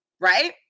right